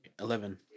Eleven